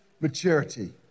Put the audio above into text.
maturity